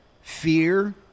Fear